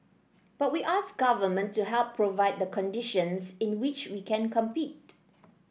but we ask government to help provide the conditions in which we can compete